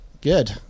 Good